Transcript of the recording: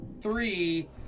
three